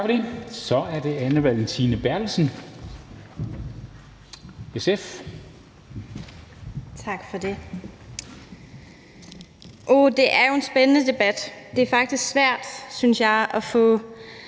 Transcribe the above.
(Ordfører) Anne Valentina Berthelsen (SF): Tak for det. Det er jo en spændende debat, og det er faktisk svært, synes jeg, på